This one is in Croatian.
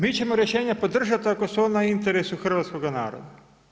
Mi ćemo rješenje podržati ako su ona u interesu hrvatskoga naroda.